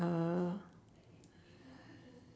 uh